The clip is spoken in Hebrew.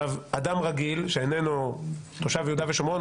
אדם רגיל שאיננו תושב יהודה ושומרון,